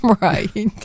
Right